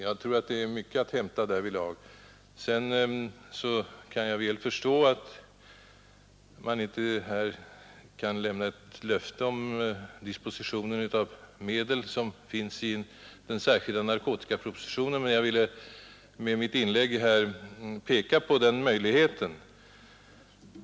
Jag tror att det finns mycket att göra därvidlag. Jag förstår mycket väl att man inte här kan lämna ett löfte om disposition av medel som finns i den särskilda narkotikapropositionen, men jag ville med mitt inlägg peka på den möjligheten.